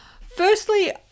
firstly